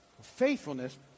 Faithfulness